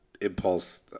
Impulse